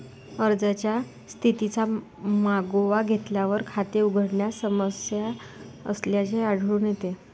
अर्जाच्या स्थितीचा मागोवा घेतल्यावर, खाते उघडण्यात समस्या असल्याचे आढळून येते